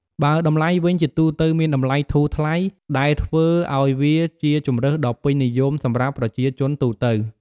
បើតម្លៃវិញ ជាទូទៅមានតម្លៃធូរថ្លៃ ដែលធ្វើឲ្យវាជាជម្រើសដ៏ពេញនិយមសម្រាប់ប្រជាជនទូទៅ។